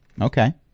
Okay